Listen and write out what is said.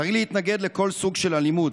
צריך להתנגד לכל סוג של אלימות,